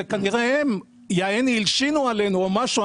זה כנראה הם, כאילו הלשינו עלינו או משהו.